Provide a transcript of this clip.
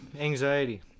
anxiety